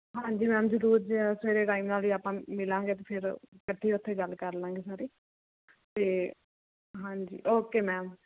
ਹਾਂਜੀ ਮੈਮ ਜਰੂਰ ਜੀ ਮੈਂ ਸਵੇਰੇ ਟਾਈਮ ਨਾਲ ਈ ਆਪਾਂ ਮਿਲਾਂਗੇ ਤੇ ਫੇਰ ਕੱਠੇ ਓਥੇ ਗੱਲ ਕਰਲਾਂਗੇ ਸਾਰੀ ਤੇ ਹਾਂਜੀ ਓਕੇ ਮੈਮ